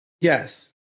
Yes